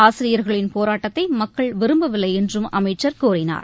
ஆசிரியர்களின் போராட்டத்தை மக்கள் விரும்பவில்லை என்றும் அமைச்சர் கூறினார்